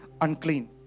unclean